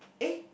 eh